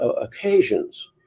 occasions